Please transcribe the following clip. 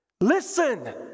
Listen